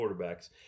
quarterbacks